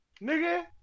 Nigga